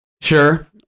Sure